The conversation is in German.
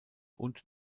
und